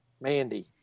Mandy